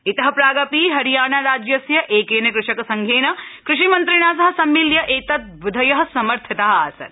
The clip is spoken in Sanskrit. इत प्रागपि हरियाणा राज्यस्य एकेन कृषक संघेन कृषिमन्त्रिणा सह समिल्ल्य एतद्विधय समर्थिता आसन्